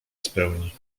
spełni